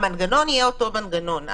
המנגנון יהיה אותו מנגנון.